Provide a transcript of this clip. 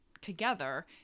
together